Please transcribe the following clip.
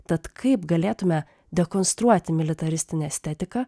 tad kaip galėtume dekonstruoti militaristinę estetiką